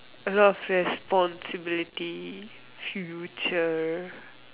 a lot of responsibilities future